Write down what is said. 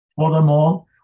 Furthermore